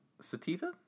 Sativa